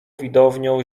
widownią